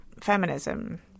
feminism